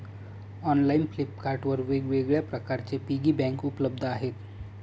online Flipkart वर वेगवेगळ्या प्रकारचे पिगी बँक उपलब्ध आहेत